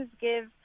give